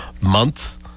month